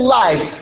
life